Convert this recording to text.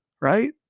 right